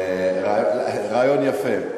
רעיון יפה.